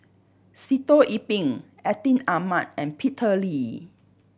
Sitoh Yih Pin Atin Amat and Peter Lee